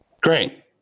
Great